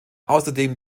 außerdem